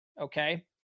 okay